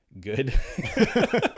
Good